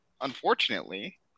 unfortunately